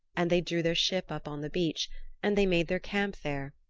and they drew their ship up on the beach and they made their camp there,